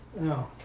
No